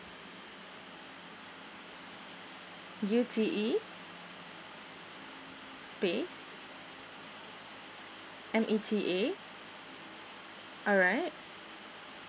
U T E space M E T A alright